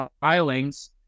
filings